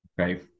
Okay